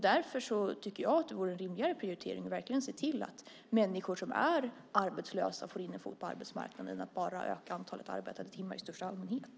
Därför vore det en rimligare prioritering att se till att människor som är arbetslösa får in en fot på arbetsmarknaden än att bara öka antalet arbetade timmar i största allmänhet.